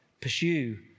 pursue